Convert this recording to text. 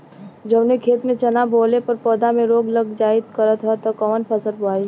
जवने खेत में चना बोअले पर पौधा में रोग लग जाईल करत ह त कवन फसल बोआई?